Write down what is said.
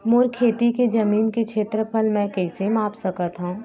मोर खेती के जमीन के क्षेत्रफल मैं कइसे माप सकत हो?